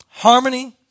Harmony